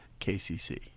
KCC